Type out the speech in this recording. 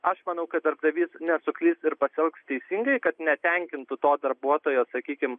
aš manau kad darbdavys nesuklys ir pasielgs teisingai kad netenkintų to darbuotojo sakykim